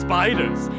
Spiders